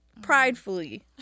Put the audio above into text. pridefully